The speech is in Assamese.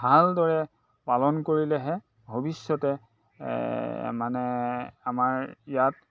ভালদৰে পালন কৰিলেহে ভৱিষ্যতে মানে আমাৰ ইয়াত